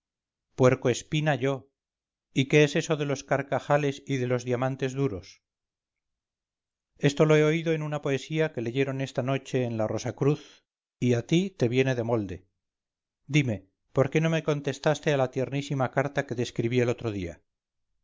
tendida puerco espina yo y qué es eso de los carcajales y de los diamantes duros esto lo he oído en una poesía que leyeron esta noche en la rosa cruz y a ti te viene de molde dime por qué no me contestaste a la tiernísima carta que te escribí el otro día